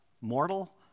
mortal